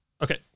Okay